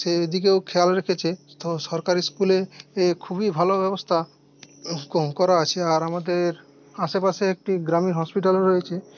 সেই দিকেও খেয়াল রেখেছে তো সরকারি স্কুলে এ খুবই ভালো ব্যবস্থা করা আছে আর আমাদের আশেপাশে একটি গ্রামীণ হসপিটাল রয়েছে